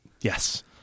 Yes